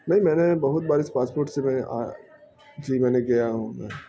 نہیں میں نے بہت بار اس پاسپورٹ سے میں آئے جی میں نے گیا ہوں میں